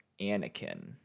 anakin